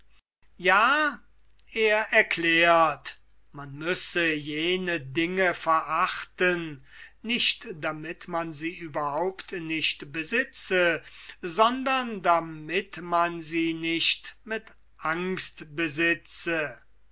ja er erklärt man müsse jene dinge verachten nicht damit man sie nicht besitze sondern damit man sie nicht mit angst besitze